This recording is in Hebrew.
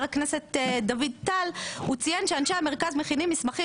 הכנסת דוד טל הוא ציין שאנשי המרכז מכינים מסמכים